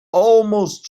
almost